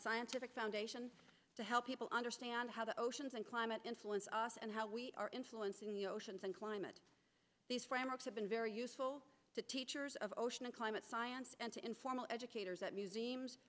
scientific foundation to help people understand how the oceans and climate influence us and how we are influencing the oceans and climate these frameworks have been very useful to teachers of ocean and climate science and to informal educators at museums